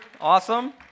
Awesome